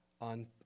on